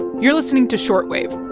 you're listening to short wave